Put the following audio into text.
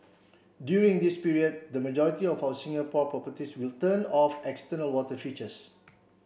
during this period the majority of our Singapore properties will turn off external water features